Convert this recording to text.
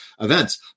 events